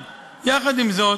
יחד עם זאת,